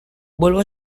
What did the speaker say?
vuelvo